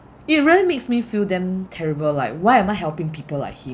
it really makes me feel damn terrible like why am I helping people like him